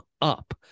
up